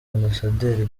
ambasaderi